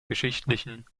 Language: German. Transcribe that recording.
geschichtlichen